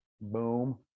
Boom